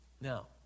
Now